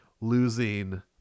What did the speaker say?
losing